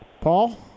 Paul